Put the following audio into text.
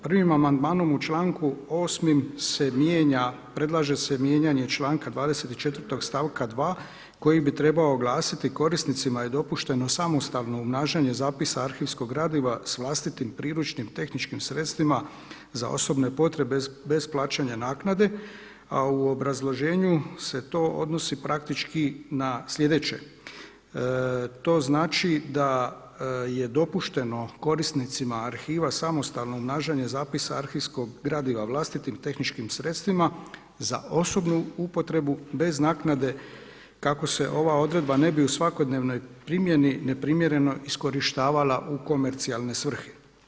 Prvim amandmanom u članku 8. se mijenja, predlaže se mijenjanje članka 24. stavka 2. koji bi trebao glasiti: „Korisnicima je dopušteno samostalno umnažanje zapisa arhivskog gradiva sa vlastitim priručnim tehničkim sredstvima za osobne potrebe bez plaćanja naknade.“ A u obrazloženju se to odnosi praktički na sljedeće: „To znači da je dopušteno korisnicima arhiva samostalno umnažanje zapisa arhivskog gradiva vlastitim tehničkim sredstvima za osobnu upotrebu bez naknade kako se ova odredba ne bi u svakodnevnoj primjeni neprimjereno iskorištavala u komercijalne svrhe“